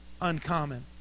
uncommon